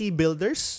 builders